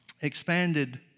expanded